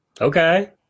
Okay